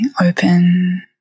Open